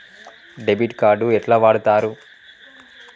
Debit card ఎట్లా వాడుతరు?